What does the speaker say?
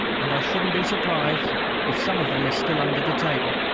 and i shouldn't be surprised if some of them are still under the table.